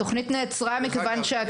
התוכנית נעצרה מכיוון שהכנסת התפזרה.